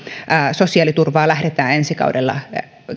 sosiaaliturvaa lähdetään ensi kaudella